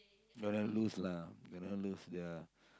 when I lose lah when I lose ya